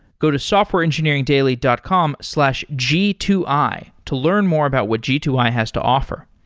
go to softwareengineeringdaily dot com slash g two i to learn more about what g two i has to offer.